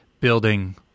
building